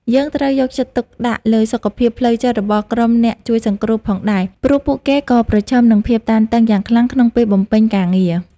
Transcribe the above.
យើងត្រូវយកចិត្តទុកដាក់លើសុខភាពផ្លូវចិត្តរបស់ក្រុមអ្នកជួយសង្គ្រោះផងដែរ ព្រោះពួកគេក៏ប្រឈមនឹងភាពតានតឹងយ៉ាងខ្លាំងក្នុងពេលបំពេញការងារ។